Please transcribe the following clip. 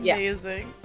Amazing